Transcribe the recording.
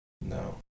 No